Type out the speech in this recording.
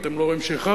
אתם לא רואים שאיחרתם?